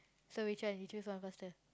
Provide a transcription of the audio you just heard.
so which one you choose one faster